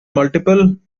multiple